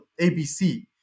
ABC